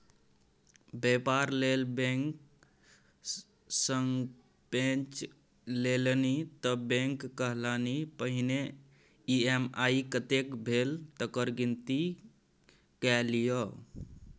बेपार लेल बैंक सँ पैंच लेलनि त बैंक कहलनि पहिने ई.एम.आई कतेक भेल तकर गिनती कए लियौ